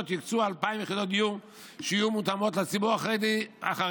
יוקצו 2,000 יחידות דיור לציבור החרדי,